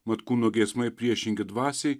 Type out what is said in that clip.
mat kūno geismai priešingi dvasiai